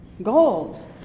Gold